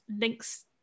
links